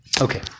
Okay